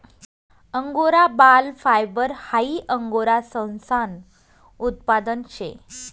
angora बाल fibre हाई Angora ससानं उत्पादन शे